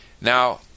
Now